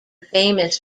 famous